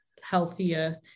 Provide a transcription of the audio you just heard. healthier